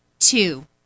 Two